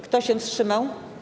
Kto się wstrzymał?